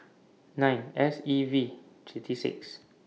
nine S E V thirty six